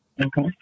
Okay